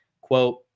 Quote